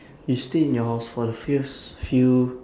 you stay in your for the first few